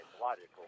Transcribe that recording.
logical